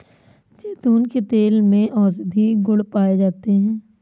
जैतून के तेल में औषधीय गुण पाए जाते हैं